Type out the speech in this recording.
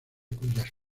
cuyas